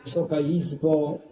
Wysoka Izbo!